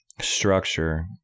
structure